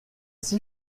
six